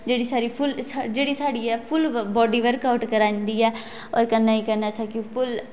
जेहडी साढ़ी ऐ फुल बाॅडी बर्कआउट कराई दिंदी ऐ और कन्नै कन्नै गै स्हानू बी फुल